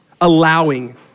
allowing